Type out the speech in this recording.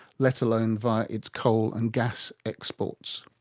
let alone via its coal and gas exports.